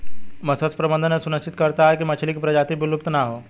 मत्स्य प्रबंधन यह सुनिश्चित करता है की मछली की प्रजाति विलुप्त ना हो